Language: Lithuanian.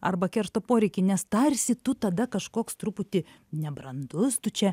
arba keršto poreikį nes tarsi tu tada kažkoks truputį nebrandus tu čia